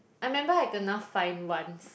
I remember I kena fine once